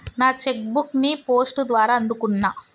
నా cheque book ని post ద్వారా అందుకున్నా